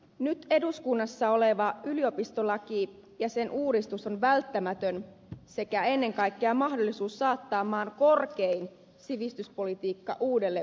nyt eduskunnassa oleva yliopistolain uudistus on välttämätön sekä ennen kaikkea mahdollisuus saattaa maan korkein sivistyspolitiikka uudelle vuosituhannelle